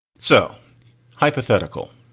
so hypothetical.